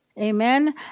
Amen